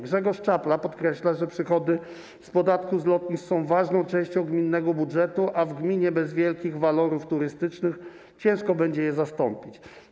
Grzegorz Czapla podkreśla, że przychody z podatku z lotnisk są ważną częścią gminnego budżetu, a w gminie bez wielkich walorów turystycznych trudno będzie je zastąpić.